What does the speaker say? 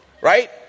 right